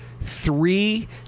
Three